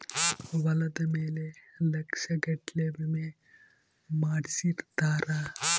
ಹೊಲದ ಮೇಲೆ ಲಕ್ಷ ಗಟ್ಲೇ ವಿಮೆ ಮಾಡ್ಸಿರ್ತಾರ